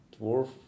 Dwarf